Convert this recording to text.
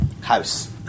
house